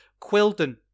Quilden